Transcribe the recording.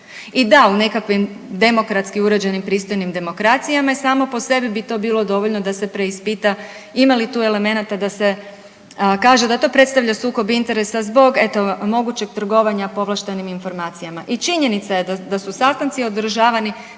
I da u nekakvim demokratskim uređenim pristojnim demokracijama samo po sebi bi to bilo dovoljno da se preispita ima li tu elemenata da se kaže da to predstavlja sukob interesa zbog eto mogućeg trgovanja povlaštenim informacijama. I činjenica je da su sastanci održavani